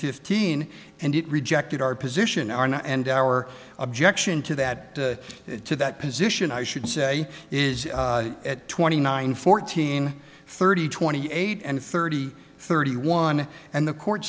fifteen and it rejected our position are now and our objection to that to that position i should say is at twenty nine fourteen thirty twenty eight and thirty thirty one and the court